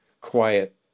quiet